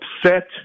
upset